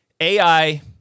AI